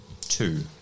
two